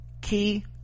key